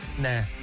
nah